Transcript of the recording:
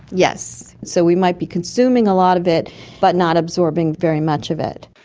yes. so we might be consuming a lot of it but not absorbing very much of it.